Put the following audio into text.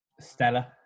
Stella